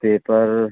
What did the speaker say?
paper